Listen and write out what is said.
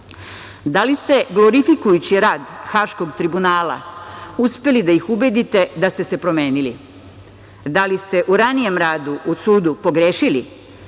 li ste glorifikujući rad Haškog tribunala uspeli da ih ubedite da ste se promenili? Da li ste u ranijem radu u sudu pogrešili,